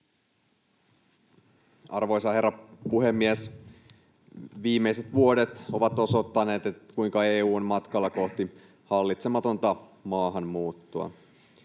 Arvoisa herra puhemies! Viimeiset vuodet ovat osoittaneet, kuinka EU on matkalla kohti hallitsematonta maahanmuuttoa.